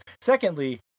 Secondly